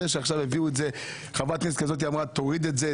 זה שעכשיו יאמרו שחברת כנסת אחת אמרה תוריד את זה,